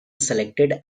selected